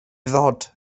ddod